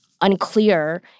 unclear